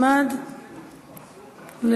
תחליט.